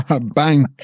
Bang